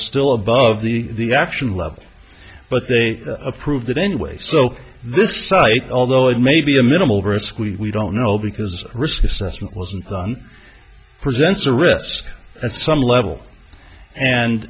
still above the the action level but they approved it anyway so this site although it may be a minimal risk we don't know because risk assessment wasn't done presents a risk at some level and